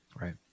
Right